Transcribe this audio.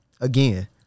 Again